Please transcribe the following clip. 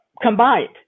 combined